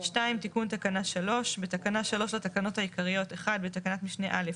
תיקון תיקון תקנה 3 2. בתקנה 3 לתקנות העיקריות בתקנת משנה (א),